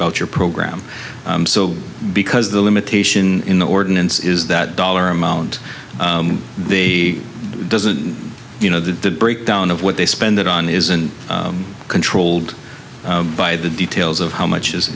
voucher program so because the limitation in the ordinance is that dollar amount he doesn't you know the breakdown of what they spend it on isn't controlled by the details of how much is